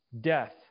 death